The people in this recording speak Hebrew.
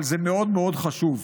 אבל זה מאוד מאוד חשוב.